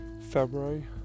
February